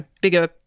bigger